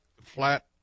flat